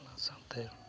ᱚᱱᱟ ᱥᱟᱶᱛᱮ